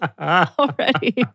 Already